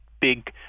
Big